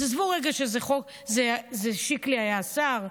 אז עזבו רגע ששיקלי היה השר.